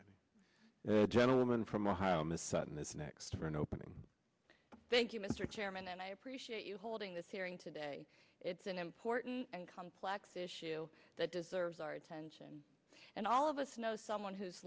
the gentleman from ohio ms sutton this next for an opening thank you mr chairman and i appreciate you holding this hearing today it's an important and complex issue that deserves our attention and all of us know someone who